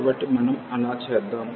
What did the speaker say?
కాబట్టి మనం అలా చేద్దాం